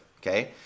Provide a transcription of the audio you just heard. okay